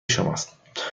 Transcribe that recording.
شماست